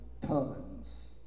tons